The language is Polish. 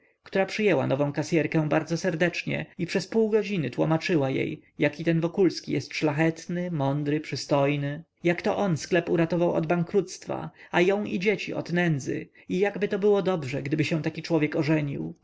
która przyjęła nową kasyerkę bardzo serdecznie i przez półgodziny tłomaczyła mi jaki ten wokulski jest szlachetny mądry przystojny jak to on sklep uratował od bankructwa a ją i dzieci od nędzy i jakby to było dobrze gdyby się taki człowiek